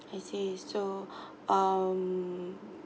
I see so um